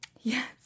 Yes